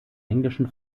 englischen